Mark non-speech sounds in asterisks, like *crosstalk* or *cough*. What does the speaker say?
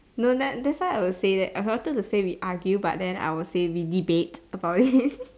no that that's why I would say that I was wanted to say we argue but then I will say we debate about it *laughs*